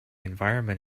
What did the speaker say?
environment